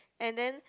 and then